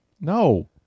No